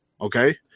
Okay